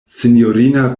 sinjorina